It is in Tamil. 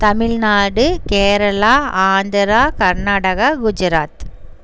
தமிழ்நாடு கேரளா ஆந்திரா கர்நாடகா குஜராத்